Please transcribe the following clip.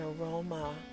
aroma